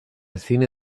cine